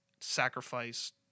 sacrifice